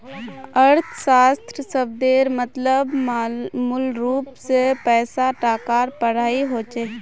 अर्थशाश्त्र शब्देर मतलब मूलरूप से पैसा टकार पढ़ाई होचे